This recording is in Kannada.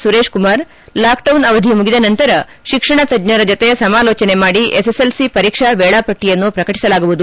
ಸುರೇಶ್ ಕುಮಾರ್ ಲಾಕ್ಡೌನ್ ಅವಧಿ ಮುಗಿದ ನಂತರ ಶಿಕ್ಷಣ ತಜ್ಞರ ಜತೆ ಸಮಾಲೋಚನೆ ಮಾಡಿ ಎಸ್ಎಸ್ಎಲ್ಸಿ ಪರೀಕ್ಷಾ ವೇಳಾ ಪಟ್ಟಿಯನ್ನು ಪ್ರಕಟಿಸಲಾಗುವುದು